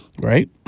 right